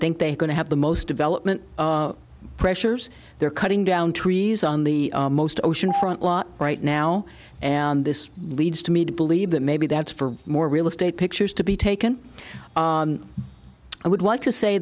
think they're going to have the most development pressures they're cutting down trees on the most ocean front lot right now and this leads to me to believe that maybe that's for more real estate pictures to be taken i would like to say